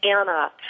Anna